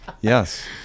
Yes